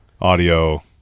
audio